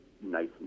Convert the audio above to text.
nice